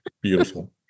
Beautiful